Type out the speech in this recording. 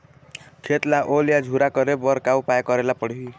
खेत ला ओल या झुरा करे बर का उपाय करेला पड़ही?